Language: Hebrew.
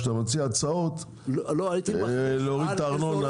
כשאתה מציע הצעות להוריד את הארנונה